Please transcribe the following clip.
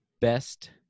best